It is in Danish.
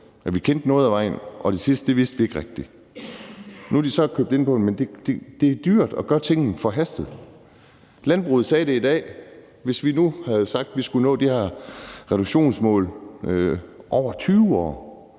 at de kendte noget af vejen, og det sidste vidste de ikke rigtig. Nu har de så købt ind på det. Men det er dyrt at gøre tingene forhastet. Landbruget sagde det i dag: Hvis vi nu også havde sagt, at vi skulle nå de her reduktionsmål over 20 år,